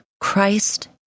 Christ